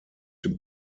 den